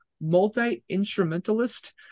multi-instrumentalist